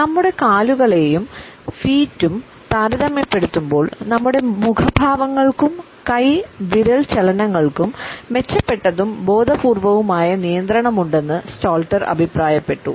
നമ്മുടെ കാലുകളെയും ഫീറ്റും അഭിപ്രായപ്പെട്ടു